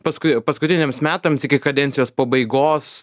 paskui jau paskutiniams metams iki kadencijos pabaigos